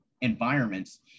environments